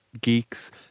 geeks